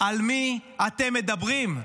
על מי אתם מדברים.